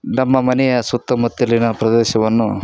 ನಮ್ಮ ಮನೆಯ ಸುತ್ತಮುತ್ತಲಿನ ಪ್ರದೇಶವನ್ನು